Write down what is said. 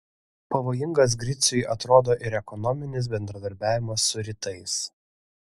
pavojingas griciui atrodo ir ekonominis bendradarbiavimas su rytais